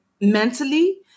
mentally